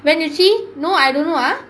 when you see no I don't know ah